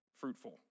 fruitful